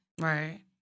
Right